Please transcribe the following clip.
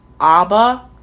Abba